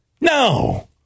No